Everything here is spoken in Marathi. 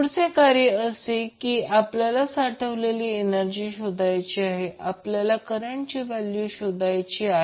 पुढचे कार्य असे की आपल्याला साठवलेली एनर्जी शोधायचे आहे आपल्याला करंटची व्हॅल्यू शोधायची आहे